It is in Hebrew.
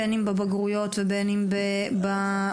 בין אם בבגרויות ובין אם באוניברסיטאות?